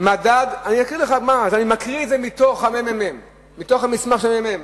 אני מקריא את זה מתוך המסמך של הממ"מ.